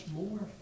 more